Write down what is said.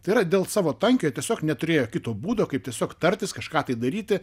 tai yra dėl savo tankio jie tiesiog neturėjo kito būdo kaip tiesiog tartis kažką tai daryti